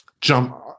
jump